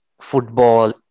football